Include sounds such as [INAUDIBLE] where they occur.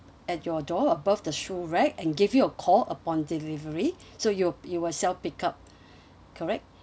at your door above the shoe rack and give you a call upon delivery [BREATH] so you will you will self pick up [BREATH] correct